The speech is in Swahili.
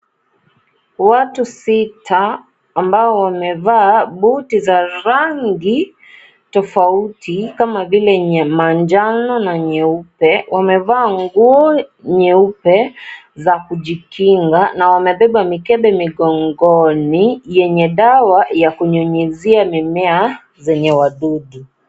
Watu sita ambao wamevaa buti za rangi tofauti kama vile manjano na nyeupe, wamevaa nguo nyeupe za kujikinga na wamebeba mikebe migongoni yenye dawa ya kunyunyizia mimea zenye wadudu.